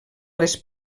les